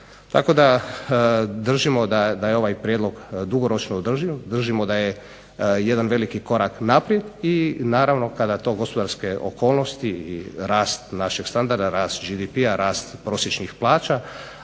Tako da držimo da je ovaj prijedlog dugoročno održiv, držimo da je jedan veliki korak naprijed i naravno kada to gospodarske okolnosti i rast našeg standarda, rast GDP-a, rast prosječnih plaća